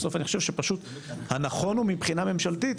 בסוף אני חשוב שפשוט הנכון הוא מבחינה ממשלתית,